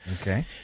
Okay